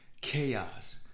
chaos